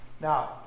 Now